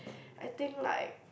I think like